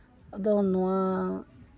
ᱟᱫᱚ ᱱᱚᱣᱟ